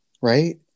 right